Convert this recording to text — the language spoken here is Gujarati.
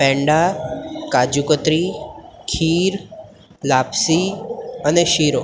પેંડા કાજુકતરી ખીર લાપસી અને શીરો